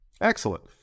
Excellent